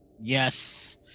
Yes